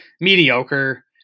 mediocre